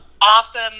awesome –